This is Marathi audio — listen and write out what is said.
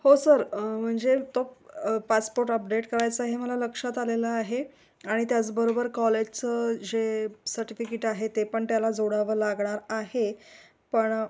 हो सर म्हणजे तो पासपोर्ट अपडेट करायचा हे मला लक्षात आलेलं आहे आणि त्याचबरोबर कॉलेजचं जे सर्टिफिकेट आहे ते पण त्याला जोडावं लागणार आहे पण